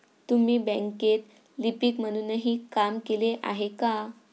तुम्ही बँकेत लिपिक म्हणूनही काम केले आहे का?